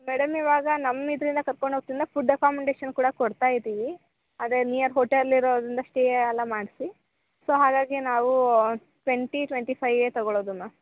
madam ಇವಾಗ ನಮ್ಮ ಇದರಿಂದ ಕರ್ಕೊಂಡೋಗ್ತ್ರಿಂದ ಫುಡ್ ಅಕಾಮಡೇಶನ್ ಕೂಡ ಕೊಡ್ತಾ ಇದ್ದೀವಿ ಅದೇ ನಿಯರ್ ಹೋಟೆಲ್ ಇರೋದರಿಂದ ಸ್ಟೇಯೆಲ್ಲ ಮಾಡಿಸಿ ಸೊ ಹಾಗಾಗಿ ನಾವು ಟ್ವೆಂಟಿ ಟ್ವೆಂಟಿ ಫೈಯೇ ತೊಗೊಳೊದು ಮಾಮ್